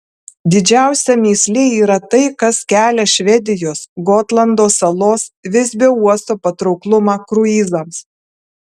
didžiausia mįslė yra tai kas kelia švedijos gotlando salos visbio uosto patrauklumą kruizams